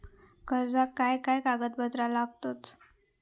कर्जाक काय काय कागदपत्रा लागतत?